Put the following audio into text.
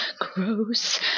Gross